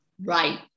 Right